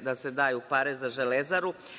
da se daju pare za „Železaru“.Ali,